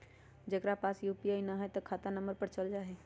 जेकरा पास यू.पी.आई न है त खाता नं पर चल जाह ई?